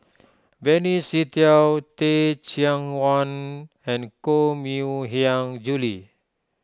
Benny Se Teo Teh Cheang Wan and Koh Mui Hiang Julie